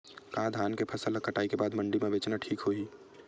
का धान के फसल ल कटाई के बाद मंडी म बेचना ठीक होही?